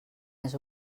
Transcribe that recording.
més